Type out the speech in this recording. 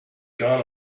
gone